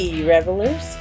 Revelers